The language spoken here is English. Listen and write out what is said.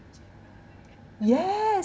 yes